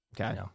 Okay